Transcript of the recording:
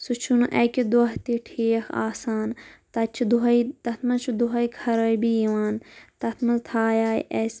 سُہ چھُنہٕ اکہِ دۄہ تہِ ٹھیٖک آسان تَتہِ چھِ دۄہے تتھ منٛز چھِ دۄہے خرٲبی یِوان تتھ منٛز تھایاے اسہِ